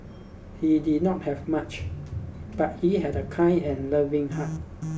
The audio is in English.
he did not have much but he had a kind and loving heart